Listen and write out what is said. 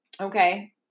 Okay